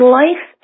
life